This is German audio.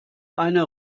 eine